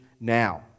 now